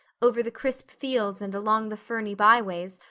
over the crisp fields and along the ferny byways,